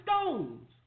stones